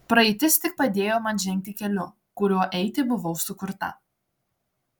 praeitis tik padėjo man žengti keliu kuriuo eiti buvau sukurta